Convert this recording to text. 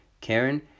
Karen